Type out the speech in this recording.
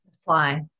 Fly